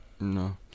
No